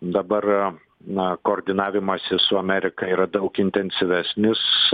dabar na koordinavimasis su amerika yra daug intensyvesnis